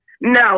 No